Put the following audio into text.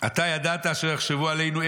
אתה ידעת אשר יחשבו עלינו.